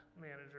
manager